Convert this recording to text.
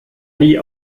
nie